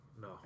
No